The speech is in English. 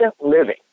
living